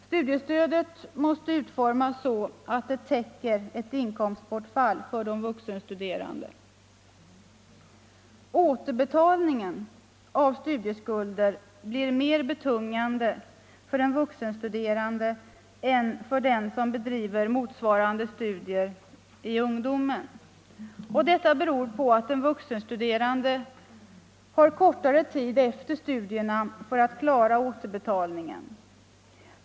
Studiestödet måste utformas så att det täcker ett inkomstbortfall för de vuxenstuderande. Återbetalningen av studieskulder blir mer betungande för den vuxenstuderande än för den som bedriver motsvarande studier i ungdomen. Detta beror på att den vuxenstuderande har kortare tid efter studierna för att klara återbetalningen.